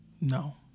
No